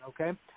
okay